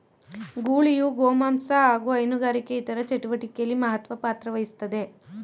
ಗೂಳಿಯು ಗೋಮಾಂಸ ಹಾಗು ಹೈನುಗಾರಿಕೆ ಇತರ ಚಟುವಟಿಕೆಲಿ ಮಹತ್ವ ಪಾತ್ರವಹಿಸ್ತದೆ